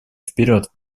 вперед